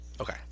Okay